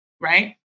Right